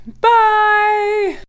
Bye